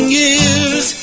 years